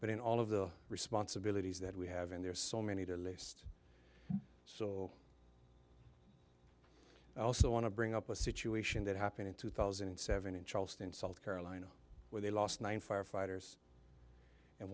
but in all of the responsibilities that we have and there are so many to list so i also want to bring up a situation that happened in two thousand and seven in charleston south carolina where they lost nine firefighters and